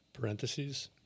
Parentheses